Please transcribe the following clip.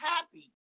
happy